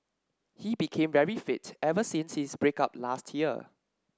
he became very fit ever since his break up last year